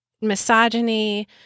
misogyny